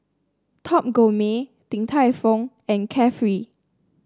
Top Gourmet Din Tai Fung and Carefree